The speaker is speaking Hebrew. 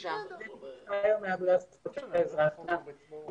ובטח להפרטת הסמכויות הדרקוניות